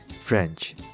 French